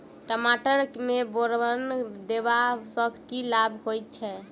टमाटर मे बोरन देबा सँ की लाभ होइ छैय?